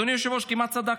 אדוני היושב-ראש, כמעט צדקתי: